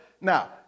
Now